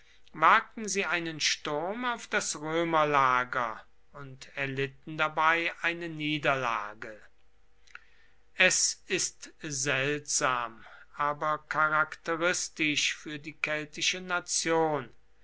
wagten sie einen sturm auf das römerlager und erlitten dabei eine niederlage es ist seltsam aber charakteristisch für die keltische nation